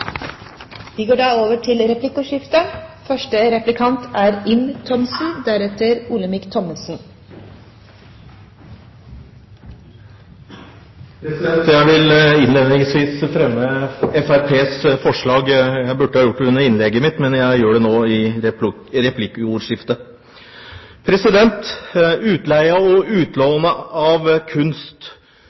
replikkordskifte. Jeg vil innledningsvis fremme Fremskrittspartiets forslag. Jeg burde ha gjort det under innlegget mitt, men jeg gjør det nå i replikkordskiftet. Til utleie og utlån av kunst: